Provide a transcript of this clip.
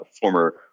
former